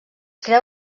creu